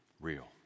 real